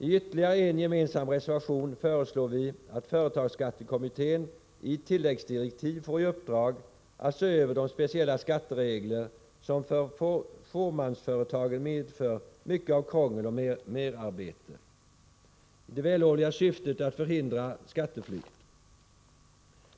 I ytterligare en gemensam reservation föreslår vi att företagsskattekommittén i tilläggsdirektiv får i uppdrag att se över de speciella skatteregler som för fåmansföretagen medför mycket av krångel och merarbete i det vällovliga syftet att förhindra skatteflykt.